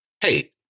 Hey